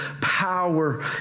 power